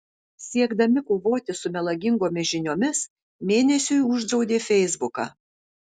siekdami kovoti su melagingomis žiniomis mėnesiui uždraudė feisbuką